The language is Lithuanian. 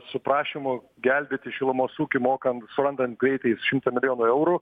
su prašymu gelbėti šilumos ūkį mokant surandant greitai šimtą milijonų eurų